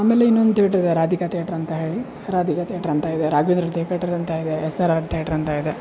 ಆಮೇಲೆ ಇನ್ನೊಂದು ತೇಟ್ರ್ ಇದೆ ರಾಧಿಕ ತೇಟ್ರ್ ಅಂತ ಹೇಳಿ ರಾಧಿಕ ತೇಟ್ರ್ ಅಂತ ಇದೆ ರಾಘವೇಂದ್ರ ತೇಟ್ರ್ ಅಂತ ಇದೆ ಎಸ್ ಆರ್ ತೇಟ್ರ್ ಅಂತ ಇದೆ